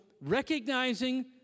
recognizing